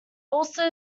also